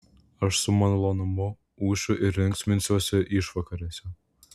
aš su malonumu ūšiu ir linksminsiuosi išvakarėse